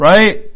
Right